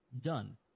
Done